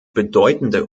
bedeutende